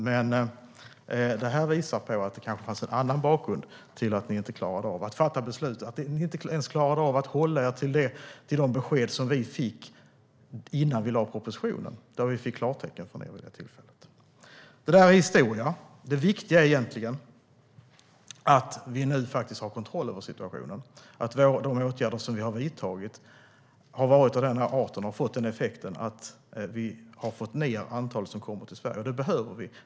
Men debattartikeln visar att det kanske fanns en annan bakgrund till att ni inte klarade av att fatta beslut och inte ens klarade av att hålla er till det klartecken ni gav oss innan vi lade fram propositionen. Detta är historia. Det viktiga är att vi nu har kontroll över situationen och att de åtgärder vi har vidtagit har gett effekten att vi har fått ned det antal som kommer till Sverige. Det behöver vi.